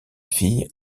fille